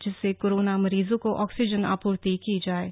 जिससे कोरोना मरीजो को ऑक्सीजन आपूर्ति की जाएगी